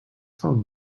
phone